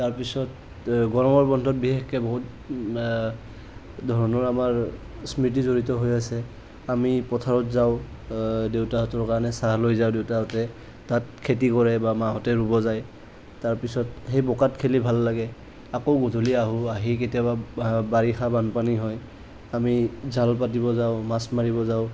তাৰপিছত গৰমৰ বন্ধত বিশেষকে বহুত আমাৰ স্মৃতি জড়িত হৈ আছে আমি পথাৰত যাওঁ দেউতাহঁতৰ কাৰণে চাহজ লৈ যাওঁ দেউতাহঁতে তাত খেতি কৰা বা মাহঁতে ৰুব যায় তাৰপিছত সেই বোকাত খেলি ভাল লাগে আকৌ গধূলি আহোঁ আহি কেতিয়াবা বাৰিষা বানপানী হয় আমি জাল পাতিব যাওঁ মাছ মাৰিব যাওঁ